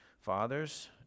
fathers